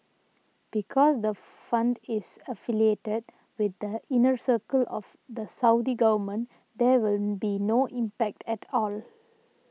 because the fund is affiliated with the inner circle of the Saudi government there will be no impact at all